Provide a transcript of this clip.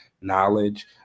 knowledge